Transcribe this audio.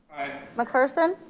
mcpherson.